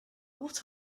what